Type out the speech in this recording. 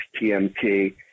TMT